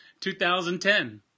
2010